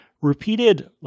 repeated